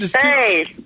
Hey